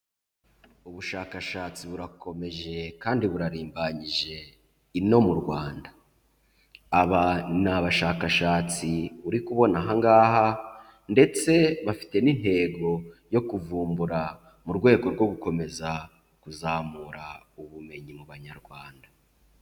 Ubushakashatsi burakomeje, kandi burarimbanyije ino mu Rwanda. Aba ni abashakashatsi uri kubona ahangaha, ndetse bafite n'intego yo kuvumbura, mu rwego rwo gukomeza kuzamura ubumenyi mu banyarwanda.